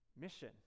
mission